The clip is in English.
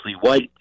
white